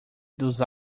dos